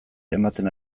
ematen